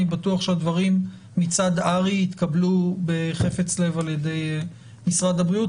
אני בטוח שהדברים מצד הר"י יתקבלו בחפץ לב על ידי משרד הבריאות.